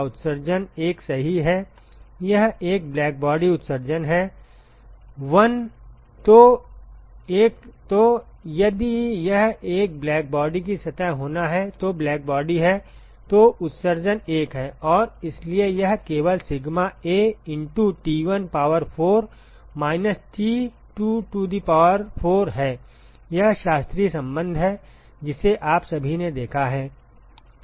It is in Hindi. उत्सर्जन 1 सही हैं यह एक ब्लैक बॉडी उत्सर्जन है 1 तो यदि यह एक ब्लैक बॉडी की सतह होना है तो ब्लैक बॉडी है तो उत्सर्जन 1 हैं और इसलिए यह केवल sigma A into T1 power 4 minus T2 to the power of 4 है यह शास्त्रीय संबंध है जिसे आप सभी ने देखा है